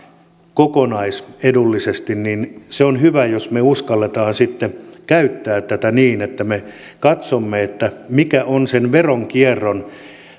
kokonaisedullisesti niin on hyvä jos me uskallamme sitten käyttää tätä niin että me katsomme mikä on sen veronkierron